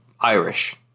Irish